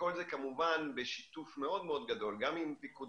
וכל זה כמובן בשיתוף מאוד מאוד גדול גם עם פיקוד